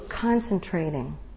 concentrating